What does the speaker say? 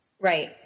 Right